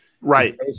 Right